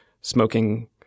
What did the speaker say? smoking